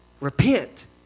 Repent